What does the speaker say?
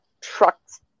trucks